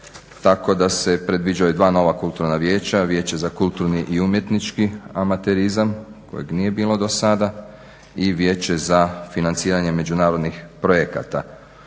tako da se predviđaju dva nova kulturna vijeća – Vijeća za kulturni i umjetnički amaterizam kojeg nije bilo dosada i Vijeće za financiranje međunarodnih projekata.